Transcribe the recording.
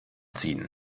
ziehen